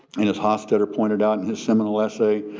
and as hofstadter pointed out in his seminal essay,